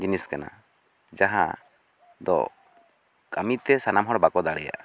ᱡᱤᱱᱤᱥ ᱠᱟᱱᱟ ᱡᱟᱦᱟᱸ ᱫᱚ ᱠᱟᱹᱢᱤ ᱛᱮ ᱥᱟᱱᱟᱢ ᱦᱚᱲ ᱵᱟᱠᱚ ᱫᱟᱲᱮᱭᱟᱜᱼᱟ